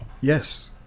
Yes